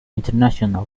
international